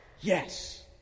yes